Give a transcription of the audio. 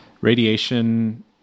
Radiation